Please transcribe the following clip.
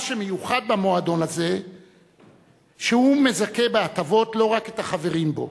מה שמיוחד במועדון הזה שהוא מזכה בהטבות לא רק את החברים בו,